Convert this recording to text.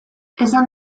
esan